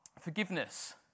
forgiveness